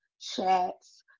chats